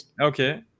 Okay